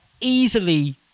easily